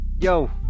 Yo